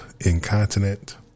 incontinent